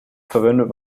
verwendet